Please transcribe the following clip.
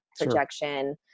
projection